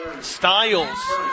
Styles